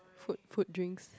food food drinks